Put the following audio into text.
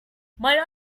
might